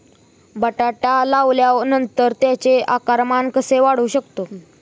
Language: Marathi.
बटाटा लावल्यानंतर त्याचे आकारमान कसे वाढवू शकतो?